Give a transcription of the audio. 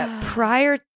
prior